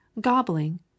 gobbling